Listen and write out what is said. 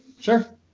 Sure